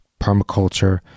permaculture